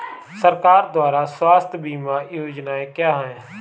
सरकार द्वारा स्वास्थ्य बीमा योजनाएं क्या हैं?